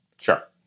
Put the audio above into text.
sure